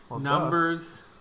Numbers